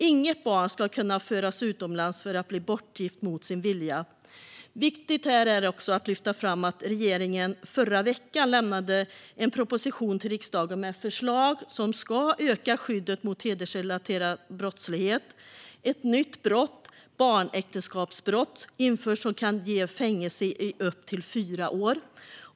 Inget barn ska kunna föras utomlands för att bli bortgift mot sin vilja. Viktigt här är också att lyfta fram att regeringen förra veckan lämnade en proposition till riksdagen med förslag som ska öka skyddet mot hedersrelaterad brottslighet. Ett nytt brott, barnäktenskapsbrott, införs. Det kan ge fängelse i upp till fyra år.